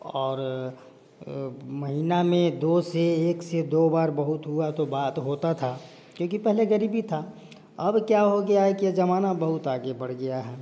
और महीना में दो से एक से दो बार बहुत हुआ तो बात होता था क्योंकि पहले गरीबी था अब क्या हो गया है कि जमाना बहुत आगे बढ़ गया है